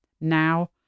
now